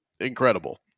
Incredible